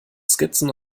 skizzen